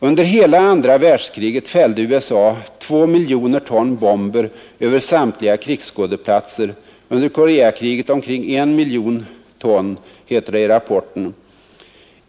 ”Under hela andra världskriget fällde USA 2000 000 ton bomber över samtliga krigsskådeplatser, under Koreakriget omkring I 000 000 ton”, heter det i rapporten.